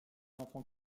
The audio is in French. enfant